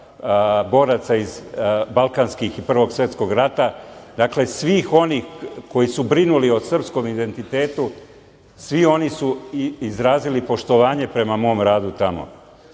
boraca iz balkanskih i Prvog svetskog rata, dakle svih onih koji su brinuli o srpskom identitetu. Svi oni su i izrazili poštovanje prema mom radu